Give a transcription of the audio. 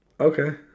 Okay